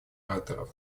ораторов